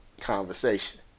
conversation